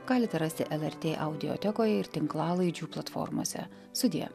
galite rasti lrt audiotekoje ir tinklalaidžių platformose sudie